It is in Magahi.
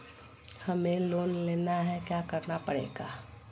हमें लोन लेना है क्या क्या करना पड़ेगा?